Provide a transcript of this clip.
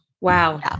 Wow